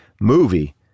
movie